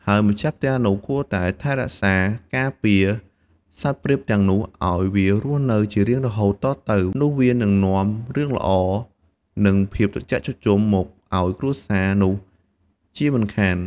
ហើយម្ចាស់ផ្ទះនោះ គួរតែថែរក្សាការពារសត្វព្រាបទាំងនោះឱ្យវារស់នៅជារៀងរហូតតទៅ នោះវានឹងនាំរឿងល្អ និងភាពត្រជាក់ត្រជុំមកឲ្យគ្រួសារនោះជាមិនខាន។